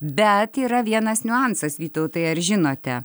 bet yra vienas niuansas vytautai ar žinote